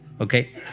Okay